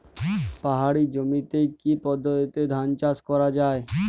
পাহাড়ী জমিতে কি পদ্ধতিতে ধান চাষ করা যায়?